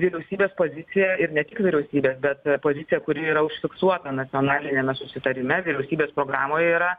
vyriausybės pozicija ir ne tik vyriausybė bet pozicija kuri yra užfiksuota nacionaliniame susitarime vyriausybės programoje yra